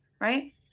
right